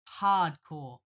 hardcore